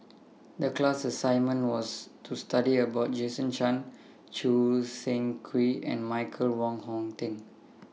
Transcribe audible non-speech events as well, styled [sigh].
The class assignment was to study about Jason Chan Choo Seng Quee and Michael Wong Hong Teng [noise]